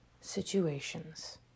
situations